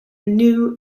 new